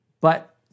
But-